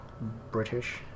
British